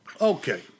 Okay